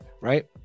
right